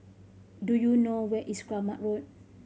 do you know where is Kramat Road